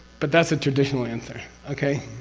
but that's a traditional answer. okay?